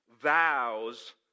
vows